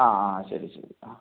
ആ ശരി ശരി ആ